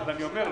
אז אני אומר,